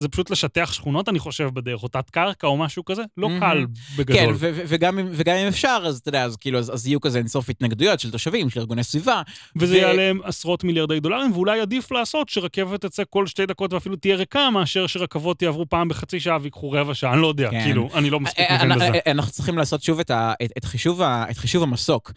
זה פשוט לשטח שכונות, אני חושב, בדרך או תת קרקע או משהו כזה, לא קל בגדול. כן, וגם אם אפשר, אז אתה יודע, אז כאילו, אז יהיו כזה אינסוף התנגדויות של תושבים, של ארגוני סביבה. וזה יעלה להם עשרות מיליארדי דולרים, ואולי עדיף לעשות שרכבת תצא כל שתי דקות, ואפילו תהיה ריקה מאשר שרכבות יעברו פעם בחצי שעה ויקחו רבע שעה, אני לא יודע, כאילו, אני לא מספיק מבין לזה. אנחנו צריכים לעשות שוב את חישוב המסוק.